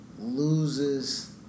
loses